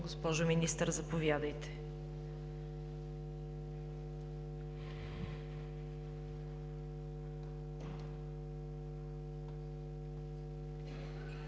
Госпожо Министър, заповядайте.